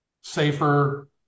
safer